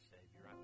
Savior